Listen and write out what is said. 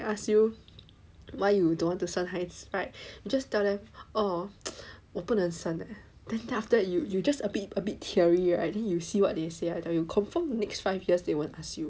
if they ask you why you don't want to 生孩子 right just tell them orh 我不能生 then after that you just a bit a bit teary right then you see what they say I tell you confirm the next five years they won't ask you